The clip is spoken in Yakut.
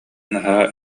наһаа